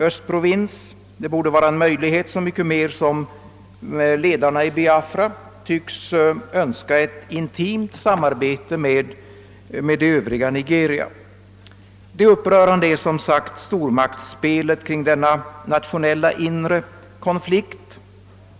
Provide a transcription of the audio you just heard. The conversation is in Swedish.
Det borde vara möjligt att åstadkomma en sådan självständighet så mycket mer som ledarna i Biafra tycks önska ett intimt samarbete med det övriga Nigeria. Det upprörande är, som sagt, stormaktsspelet kring denna nationella in re konflikt.